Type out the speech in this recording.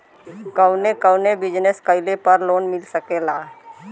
कवने कवने बिजनेस कइले पर लोन मिल सकेला?